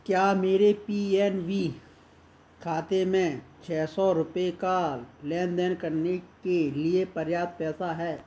क्या मेरे P N V खाते में छः सौ रुपये का लेनदेन करने के लिए पर्याप्त पैसा है